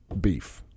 beef